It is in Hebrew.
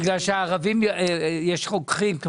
בגלל שאצל הערבים יש רוקחים.